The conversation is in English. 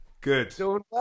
Good